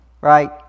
Right